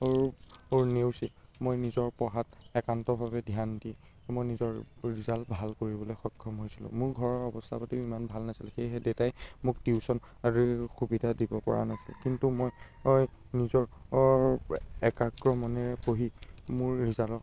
সকলোবোৰ নেওচি মই নিজৰ পঢ়াত একান্তভাৱে ধ্যান দি মই নিজৰ ৰিজাল্ট ভাল কৰিবলৈ সক্ষম হৈছিলোঁ মোৰ ঘৰৰ অৱস্থা পাতিও ইমান ভাল নাছিল সেয়েহে দেউতাই মোক টিউশ্যন আদিৰ সুবিধা দিব পৰা নাছিল কিন্তু মই নিজৰ একাগ্ৰ মনেৰে পঢ়ি মোৰ ৰিজাল্ট